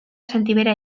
sentibera